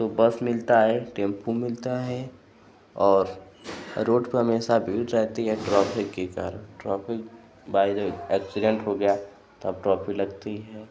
तो बस मिलता है टेम्पो मिलता है और रोड पर हमेशा भीड़ रहती है ट्रफिक कि कारण traffic by the way accident हो गया तब ट्रफिक लगती है